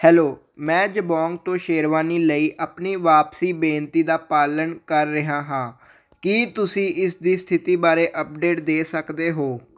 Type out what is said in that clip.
hello ਮੈਂ ਜਬੋਂਗ ਤੋਂ ਸ਼ੇਰਵਾਨੀ ਲਈ ਆਪਣੀ ਵਾਪਸੀ ਬੇਨਤੀ ਦਾ ਪਾਲਣ ਕਰ ਰਿਹਾ ਹਾਂ ਕੀ ਤੁਸੀਂ ਇਸ ਦੀ ਸਥਿਤੀ ਬਾਰੇ ਅੱਪਡੇਟ ਦੇ ਸਕਦੇ ਹੋ